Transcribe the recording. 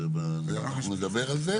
אנחנו נדבר על זה.